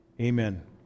Amen